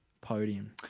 podium